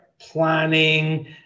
planning